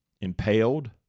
Impaled